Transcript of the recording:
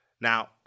Now